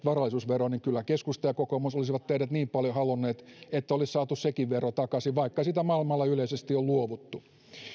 varallisuusveron niin kyllä keskusta ja kokoomus olisivat teidät niin paljon halunneet että olisi saatu sekin vero takaisin vaikka siitä maailmalla yleisesti on luovuttu